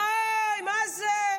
וואי, מה זה?